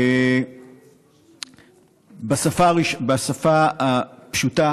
בשפה פשוטה,